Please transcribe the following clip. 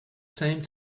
same